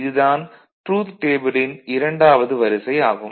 இது தான் ட்ரூத் டேபிளின் இரண்டாவது வரிசை ஆகும்